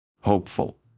hopeful